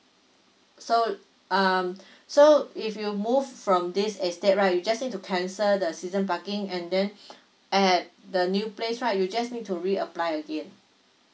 so um so if you move from this is that right you just need to cancel the season parking and then at the new place right you just need to reapply again